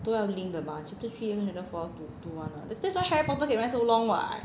都要的 mah chapter three 跟 chapter four to one what that's why harry potter 可以 run so long what